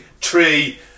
tree